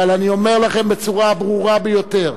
אבל אני אומר לכם בצורה הברורה ביותר,